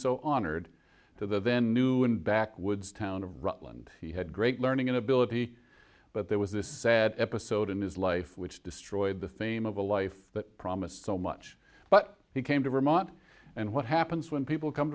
so honored to the venue in backwoods town of rutland he had great learning ability but there was this sad episode in his life which destroyed the theme of a life that promised so much but he came to vermont and what happens when people come